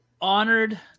honored